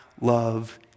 love